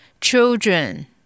Children